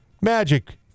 Magic